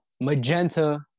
magenta